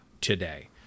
today